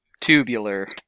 tubular